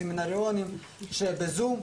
סמינריונים בזום,